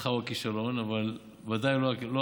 ההצלחה או הכישלון, אבל ודאי לא המימון.